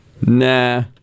Nah